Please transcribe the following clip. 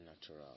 natural